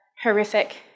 horrific